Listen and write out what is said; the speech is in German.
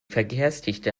verkehrsdichte